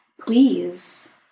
please